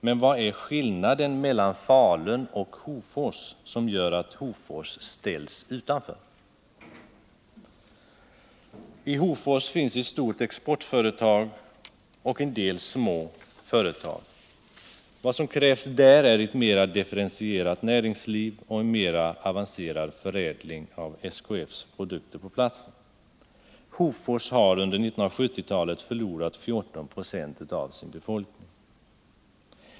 Men vad är skillnaden mellan Falun och Hofors som gör att Hofors ställs utanför? I Hofors finns ett stort exportföretag och en del små företag. Vad som krävs där är ett mera differentierat näringsliv och en mera avancerad förädling av SKF:s produkter på platsen. Hofors har under 1970-talet förlorat 14 96 av sin befolkning.